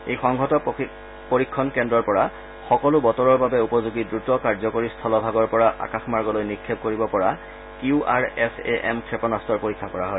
এই সংহত পৰীক্ষণ কেন্দ্ৰৰ পৰা সকলো বতৰৰ বাবে উপযোগী দ্ৰুত কাৰ্যকৰী স্থলভাগৰ পৰা আকাশমাৰ্গলৈ নিক্ষেপ কৰিব পৰা Q R S A M ক্ষেপণাস্তৰ পৰীক্ষা কৰা হয়